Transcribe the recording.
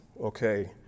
okay